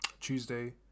Tuesday